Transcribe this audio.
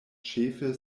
ĉefe